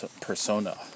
persona